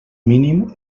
mínim